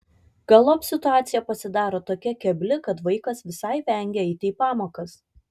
galop situacija pasidaro tokia kebli kad vaikas visai vengia eiti į pamokas